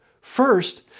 First